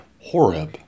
Horeb